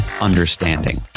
understanding